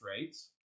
rates